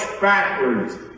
backwards